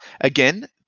Again